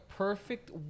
perfect